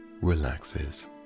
relaxes